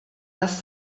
das